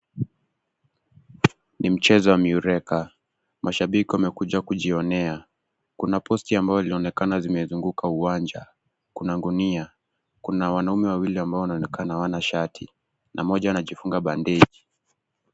Ni mchezo wa miureka, mashabaiki wamekuja kujionea. Kuna post ambao zimezunguka uwanja, kuna gunia, kuna wanaume wawili ambao wanaonekana hawana shati na mmoja anajifunga bandeji.